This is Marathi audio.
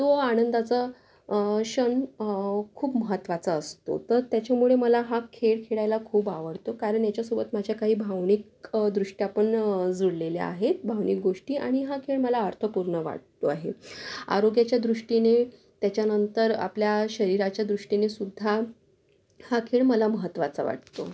तो आनंदाचा क्षण खूप महत्त्वाचा असतो तर त्याच्यामुळे मला हा खेळ खेळायला खूप आवडतो कारण ह्याच्यासोबत माझ्या काही भावनिक दृष्ट्यापण जुडलेल्या आहेत भावनिक गोष्टी आणि हा खेळ मला अर्थपूर्ण वाटतो आहे आरोग्याच्या दृष्टीने त्याच्यानंतर आपल्या शरीराच्या दृष्टीने सुद्धा हा खेळ मला महत्त्वाचा वाटतो